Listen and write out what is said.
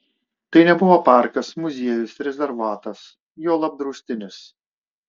tai nebuvo parkas muziejus rezervatas juolab draustinis